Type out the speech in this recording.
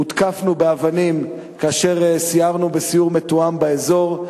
הותקפנו באבנים כאשר סיירנו בסיור מתואם באזור.